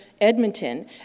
Edmonton